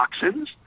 toxins